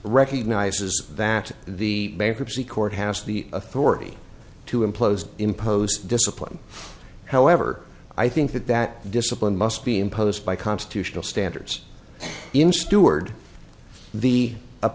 recognizes that the bankruptcy court has the authority to impose impose discipline however i think that that discipline must be imposed by constitutional standards in steward the appe